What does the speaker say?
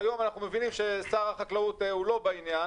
כיום אנחנו מבינים ששר החקלאות הוא לא בעניין,